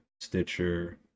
stitcher